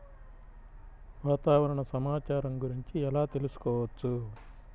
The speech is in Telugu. వాతావరణ సమాచారం గురించి ఎలా తెలుసుకోవచ్చు?